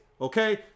okay